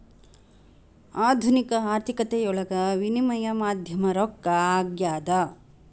ಆಧುನಿಕ ಆರ್ಥಿಕತೆಯೊಳಗ ವಿನಿಮಯ ಮಾಧ್ಯಮ ರೊಕ್ಕ ಆಗ್ಯಾದ